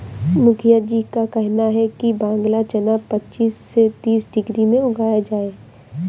मुखिया जी का कहना है कि बांग्ला चना पच्चीस से तीस डिग्री में उगाया जाए